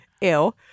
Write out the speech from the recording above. ew